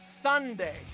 Sunday